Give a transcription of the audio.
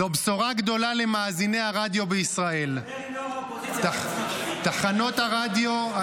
דבר עם יו"ר האופוזיציה, לא לפנות אליי.